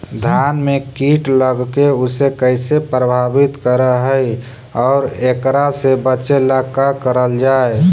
धान में कीट लगके उसे कैसे प्रभावित कर हई और एकरा से बचेला का करल जाए?